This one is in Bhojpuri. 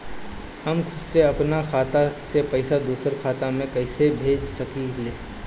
हम खुद से अपना खाता से पइसा दूसरा खाता में कइसे भेज सकी ले?